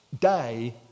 day